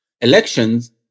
Elections